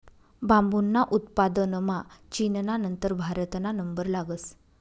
बांबूना उत्पादनमा चीनना नंतर भारतना नंबर लागस